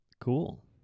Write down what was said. Cool